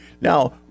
now